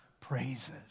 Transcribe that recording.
praises